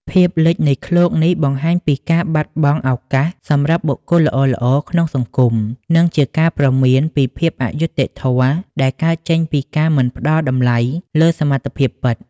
ភាពលិចនៃឃ្លោកនេះ បង្ហាញពីការបាត់បង់ឱកាសសម្រាប់បុគ្គលល្អៗក្នុងសង្គម និងជាការព្រមានពីភាពអយុត្តិធម៌ដែលកើតចេញពីការមិនផ្តល់តម្លៃលើសមត្ថភាពពិត។